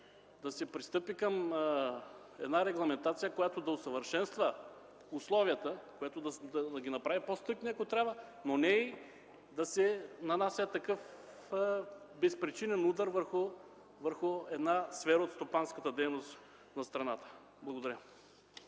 да се пристъпи към регламентация, която да усъвършенства условията, ако трябва – да ги направи по-стриктни, но не и да се нанася такъв безпричинен удар върху сфера от стопанската дейност на страната. Благодаря.